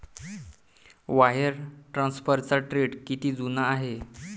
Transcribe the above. Wire ट्रान्सफरचा trend किती जुना आहे?